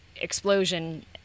explosion